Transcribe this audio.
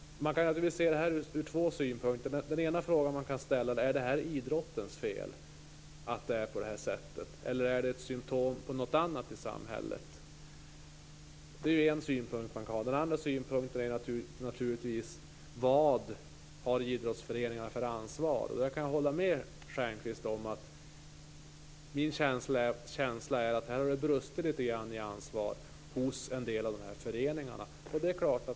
Man kan analysera det här från två synpunkter. Den ena frågan man kan ställa är: Är det idrottens fel att det är på det här sättet, eller är det ett symtom på något annat i samhället? Det är en synpunkt man kan ha. Den andra frågan är: Vad har idrottsföreningarna för ansvar? Där kan jag hålla med Stjernkvist. Min känsla är att det har brustit litet i ansvar hos en del av dessa föreningar.